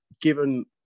given